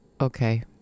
Okay